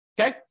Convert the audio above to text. okay